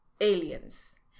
aliens